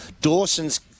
Dawson's